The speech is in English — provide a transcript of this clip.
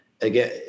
again